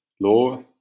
law